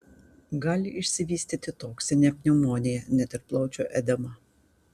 gali išsivystyti toksinė pneumonija net ir plaučių edema